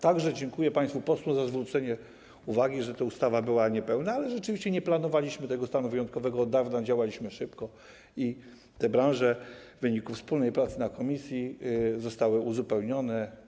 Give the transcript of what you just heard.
Także dziękuję państwu posłom za zwrócenie uwagi, że ta ustawa była niepełna, ale rzeczywiście nie planowaliśmy tego stanu wyjątkowego od dawna, działaliśmy szybko i katalog tych branż w wyniku wspólnej pracy w komisji został uzupełniony.